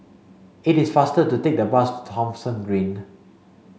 it is faster to take the bus Thomson Green